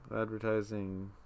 advertising